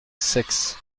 seix